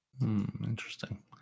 interesting